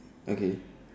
okay